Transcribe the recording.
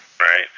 Right